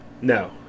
No